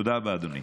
תודה רבה, אדוני.